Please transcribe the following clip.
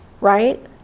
right